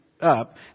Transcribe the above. up